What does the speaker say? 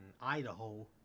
Idaho